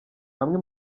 amwe